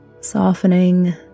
softening